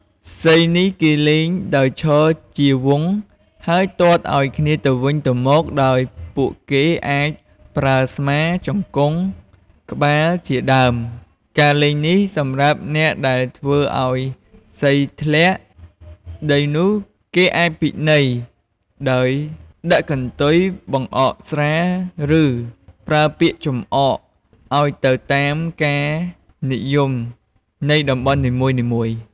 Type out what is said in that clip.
សីនេះគេលេងដោយឈរជាវង់ហើយទាត់ឲ្យគ្នាទៅវិញទៅមកដោយពួកគេអាច ប្រើស្មា ជង្គង់ ក្បាលជាដើមការលេងនេះសម្រាប់អ្នកដែលធ្វើឲ្យសីធ្លាក់ដីនោះគេអាចពិន័យដោយដាក់កន្ទុយ បង្អកស្រា ឬ ប្រើពាក្យចំអក ឲ្យទៅតាមការនិយមនៃតំបន់នីមួយៗ ។